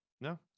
No